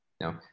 No